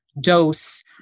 dose